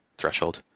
threshold